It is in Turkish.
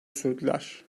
sürdüler